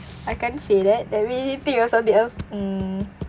I can't say that let me think of something else mm